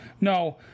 no